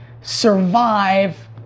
survive